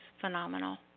phenomenal